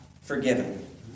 forgiven